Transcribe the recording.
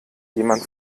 jemand